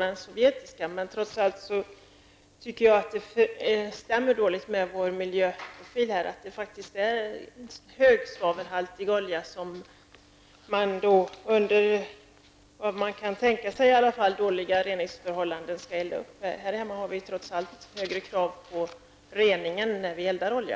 den sovjetiska oljan. Trots allt tycker jag att det stämmer dåligt med vår miljöprofil att exportera högsvavelhaltig olja som skall eldas under, vad man i alla fall kan tänka sig, dåliga reningsförhållanden. Här hemma har vi högre krav på reningen när vi eldar med olja.